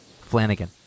Flanagan